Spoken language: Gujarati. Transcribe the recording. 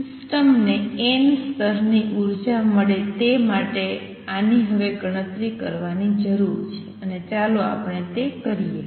સિસ્ટમને n સ્તરની ઉર્જા મળે તે માટે આની હવે ગણતરી કરવાની જરૂર છે અને ચાલો આપણે આગળ તે કરીએ